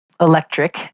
electric